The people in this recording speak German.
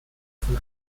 von